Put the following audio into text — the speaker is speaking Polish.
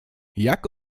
jak